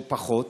או פחות,